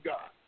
God